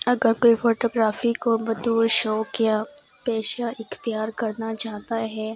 اگر کوئی فوٹوگرافی کو بطورِ شوق یا پیشہ اختیار کرنا چاہتا ہے